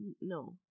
No